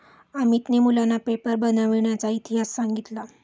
अमितने मुलांना पेपर बनविण्याचा इतिहास सांगितला